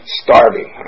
starving